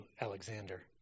Alexander